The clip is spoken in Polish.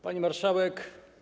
Pani Marszałek!